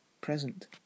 present